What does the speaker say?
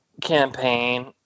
campaign